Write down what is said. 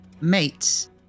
mates